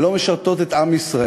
ולא משרתות את עם ישראל,